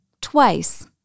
twice